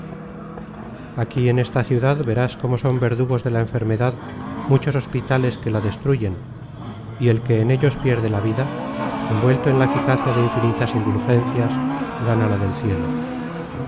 aquí en esta ciudad verás cómo son verdugos de la enfermedad muchos hospitales que la destruyen y el que en ellos pierde la vida envuelto en la eficacia de infinitas indulgencias gana la del cielo